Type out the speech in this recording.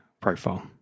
profile